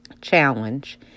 challenge